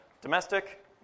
Domestic